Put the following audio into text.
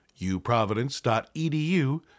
uprovidence.edu